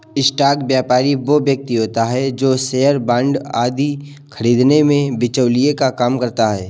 stock व्यापारी वो व्यक्ति होता है जो शेयर बांड आदि खरीदने में बिचौलिए का काम करता है